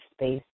space